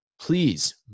please